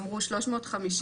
אמרו לי שיש 350 פנויים,